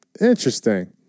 Interesting